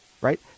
right